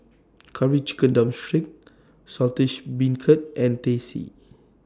Curry Chicken Drumstick Saltish Beancurd and Teh C